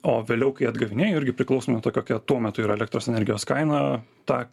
o vėliau kai atgavinėju irgi priklausomai nuo to kokia tuo metu yra elektros energijos kaina tą